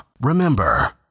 Remember